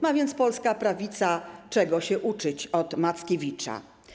Ma więc polska prawica czego się uczyć od Mackiewicza.